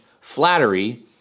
flattery